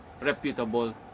reputable